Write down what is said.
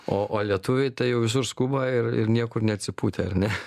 o o lietuviai tai jau visur skuba ir ir niekur neatsipūtę ar ne